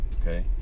okay